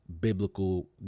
biblical